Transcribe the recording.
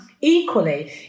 equally